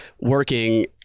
working